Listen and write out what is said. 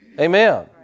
Amen